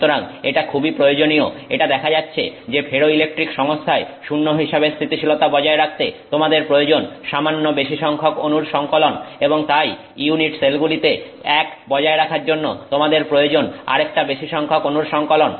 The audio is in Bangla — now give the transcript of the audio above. সুতরাং এটা খুবই প্রয়োজনীয় এটা দেখা যাচ্ছে যে ফেরোইলেকট্রিক সংস্থায় 0 হিসাবে স্থিতিশীলতা বজায় রাখতে তোমাদের প্রয়োজন সামান্য বেশি সংখ্যক অনুর সংকলন এবং তাই ইউনিট সেলগুলিতে 1 বজায় রাখার জন্য তোমাদের প্রয়োজন আরেকটা বেশি সংখ্যক অনুর সংকলন